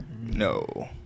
No